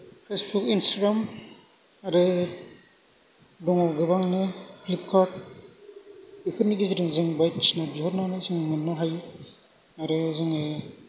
Facebook Instagram आरो दङ गोबांनो फ्लिपकार्ट बेफोरनि गेजेरजों जों बायदिसिना बिहरनानै जों मोननो हायो आरो जोङो